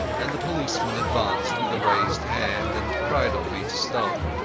and the policeman advanced with raised hand, and cried on me to stop.